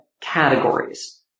categories